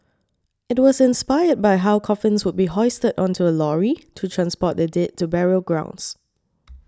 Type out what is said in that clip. it was inspired by how coffins would be hoisted onto a lorry to transport the dead to burial grounds